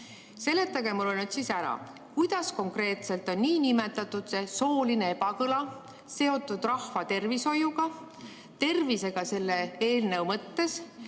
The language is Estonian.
Seletage mulle ära, kuidas konkreetselt on see niinimetatud sooline ebakõla seotud rahvatervishoiuga, tervisega selle eelnõu mõttes.